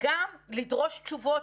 וגם לדרוש תשובות,